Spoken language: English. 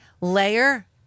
layer